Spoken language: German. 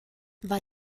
war